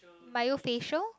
mayo facial